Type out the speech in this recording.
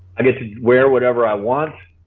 i get to wear whatever i want.